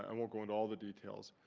and won't go into all the details,